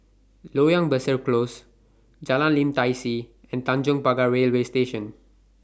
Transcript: Loyang Besar Close Jalan Lim Tai See and Tanjong Pagar Railway Station